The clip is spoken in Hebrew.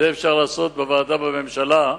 את זה אפשר לעשות בוועדה בממשלה,